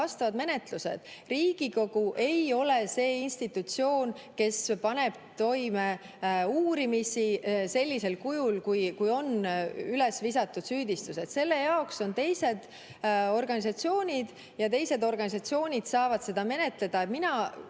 vastavad menetlused. Riigikogu ei ole see institutsioon, kes paneb toime uurimisi sellisel kujul, kui on üles visatud süüdistused. Selle jaoks on teised organisatsioonid ja teised organisatsioonid saavad seda menetleda. Mina